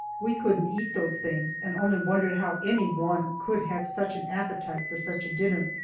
we couldn't eat those things and only wondered how any one could have such an appetite for such a dinner.